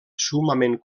summament